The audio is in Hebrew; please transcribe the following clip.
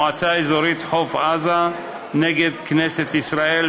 המועצה האזורית חוף עזה נגד כנסת ישראל,